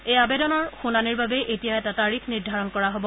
এই আবেদনৰ শুনানিৰ বাবে এতিয়া এটা তাৰিখ নিৰ্দ্ধাৰণ কৰা হব